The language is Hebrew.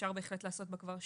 שאפשר בהחלט לעשות בה כבר שימוש.